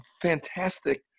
fantastic